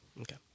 Okay